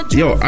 yo